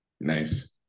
Nice